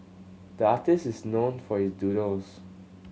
the artist is known for his doodles